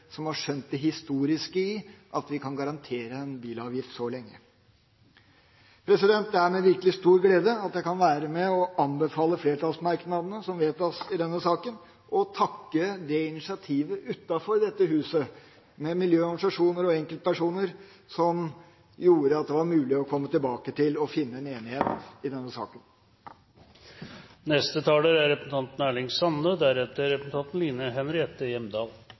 som har skjønt det historiske ved at vi kan garantere en bilavgift så lenge! Det er med virkelig stor glede at jeg kan være med og anbefale flertallsmerknadene som vedtas i denne saken, og takke det initiativet utenfor dette huset – miljøorganisasjoner og enkeltpersoner – som gjorde at det ble mulig å komme tilbake til og finne en enighet i denne saken. Arbeidet med å unngå menneskeskapte klimaendringar er